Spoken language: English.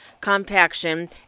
compaction